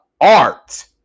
art